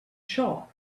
shop